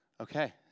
Okay